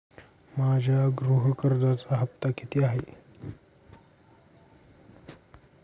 माझ्या गृह कर्जाचा हफ्ता किती आहे?